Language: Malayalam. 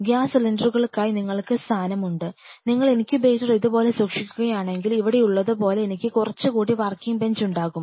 ഗ്യാസ് സിലിണ്ടറുകൾക്കായി നിങ്ങൾക്ക് സ്ഥാനമുണ്ട് നിങ്ങൾ ഇൻകുബേറ്റർ ഇതുപോലെ സൂക്ഷിക്കുകയാണെങ്കിൽ ഇവിടെയുള്ളതുപോലെ എനിക്ക് കുറച്ചുകൂടി വർക്കിംഗ് ബെഞ്ച് ഉണ്ടാകും